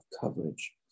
coverage